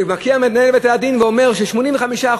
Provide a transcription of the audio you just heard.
ומגיע מנהל בתי-הדין ואומר שב-85%